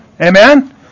Amen